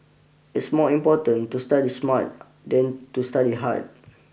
it's more important to study smart than to study hard